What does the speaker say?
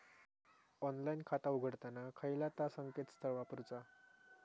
Online खाता उघडताना खयला ता संकेतस्थळ वापरूचा?